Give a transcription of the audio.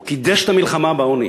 הוא קידש את המלחמה בעוני,